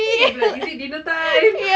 you'll be like is it dinner time